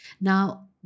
Now